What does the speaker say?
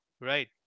right